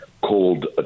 called